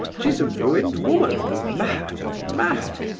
she's a ruined woman. mad! mad!